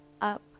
Up